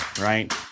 right